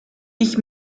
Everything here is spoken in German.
ich